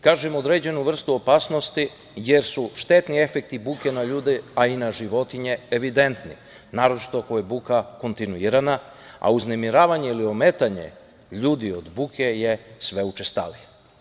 Kažem – određenu vrstu opasnosti, jer su štetni efekti buke na ljude, a i na životinje evidentni, naročito ako je buka kontinuirana, a uznemiravanje ili ometanje ljudi od buke je sve učestalije.